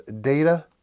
data